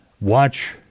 watch